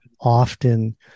often